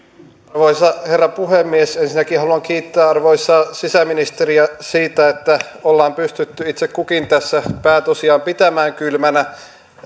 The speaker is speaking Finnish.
arvoisa herra puhemies ensinnäkin haluan kiittää arvoisaa sisäministeriä siitä että ollaan pystytty itse kukin tässä pää tosiaan pitämään kylmänä